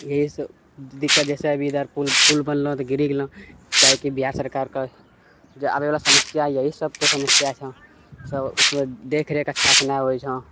इएहसब दिक्कत जाहिसँ अभी इधर पुल बनलऽ तऽ गिरि गेलऽ तऽ कि बिहार सरकारके जे आबैवला समस्या अइ इएहसब तऽ समस्या छै सब ओहिमे देखरेख अच्छासँ नहि होइ छऽ